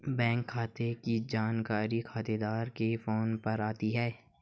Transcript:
bank खाते की जानकारी खातेदार के फोन पर आती है